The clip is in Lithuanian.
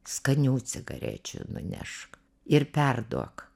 skanių cigarečių nunešk ir perduok